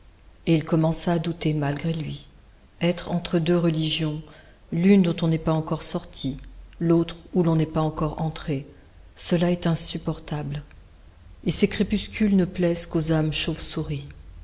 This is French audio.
et il commença à douter malgré lui être entre deux religions l'une dont on n'est pas encore sorti l'autre où l'on n'est pas encore entré cela est insupportable et ces crépuscules ne plaisent qu'aux âmes chauves-souris